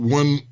one